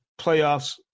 playoffs